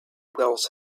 wells